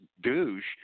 douche